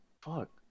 Fuck